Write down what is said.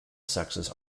sexes